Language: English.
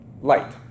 Light